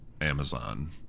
amazon